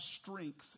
strength